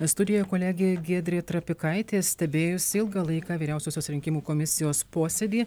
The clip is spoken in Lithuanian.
studijoje kolegė giedrė trapikaitė stebėjus ilgą laiką vyriausiosios rinkimų komisijos posėdį